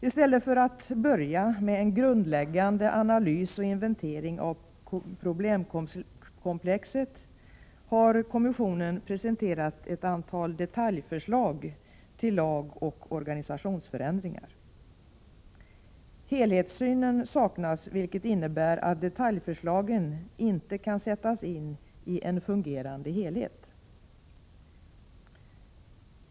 I stället för att börja med en grundläggande analys och inventering av problemkomplexet har kommissionen presenterat ett antal detaljförslag till lag och till organisationsförändringar. Helhetssynen saknas, vilket innebär att detaljförslagen inte kan sättas in i en fungerande helhet.